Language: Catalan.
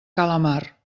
calamar